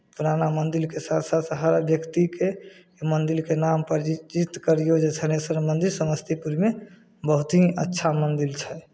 पुराना मन्दिरके साथ साथ हर व्यक्तिकेँ ई मन्दिरके नामपर जे जित करियौ जे थनेशवर मन्दिर समस्तीपुरमे बहुत ही अच्छा मन्दिर छै